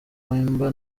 wemba